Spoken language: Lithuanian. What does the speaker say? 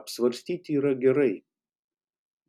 apsvarstyti yra gerai